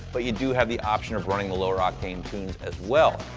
but you do have the option of running the lower octane tunes as well.